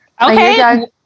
Okay